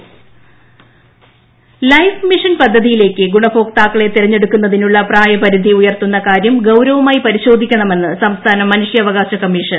ട്ടടടടട മനുഷ്യാവകാശ commission life mission പദ്ധതിയിലേക്ക് ഗുണഭോക്താക്കളെ തെരഞ്ഞെടുക്കു ന്നതിനുള്ള പ്രായപരിധി ഉയർത്തുന്ന കാര്യം ഗൌരവമായി പരിശോധി ക്കണമെന്ന് സംസ്ഥാന മനുഷ്യാവകാശ കമ്മീഷൻ